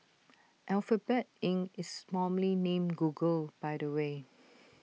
Alphabet Inc is formerly named Google by the way